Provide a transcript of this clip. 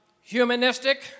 humanistic